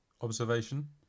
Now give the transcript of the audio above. observation